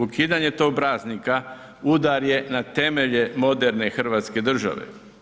Ukidanjem tog praznika udar je na temelje moderne Hrvatske države.